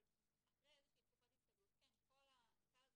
אבל אחרי איזושהי תקופה של הסתגלות, כן, כל הגנים